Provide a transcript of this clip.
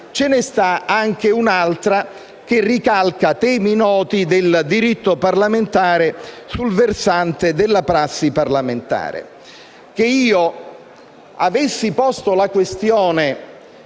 ve ne è anche un'altra, che ricalca temi noti del diritto parlamentare sul versante della prassi.